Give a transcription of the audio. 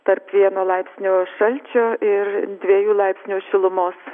tarp vieno laipsnio šalčio ir dviejų laipsnių šilumos